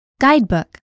Guidebook